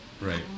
Right